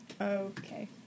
Okay